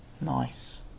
Nice